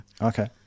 Okay